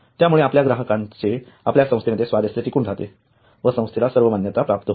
यामुळे आपल्या ग्राहकांचे आपल्या संस्थेमध्ये स्वारस्य टिकून राहते व संस्थेला सर्व मान्यता प्राप्त होते